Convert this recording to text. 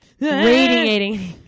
radiating